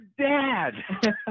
dad